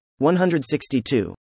162